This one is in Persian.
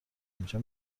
اینجا